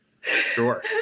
Sure